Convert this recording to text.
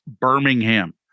Birmingham